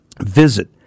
Visit